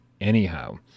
anyhow